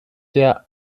der